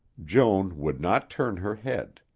joan would not turn her head.